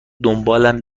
دنبالم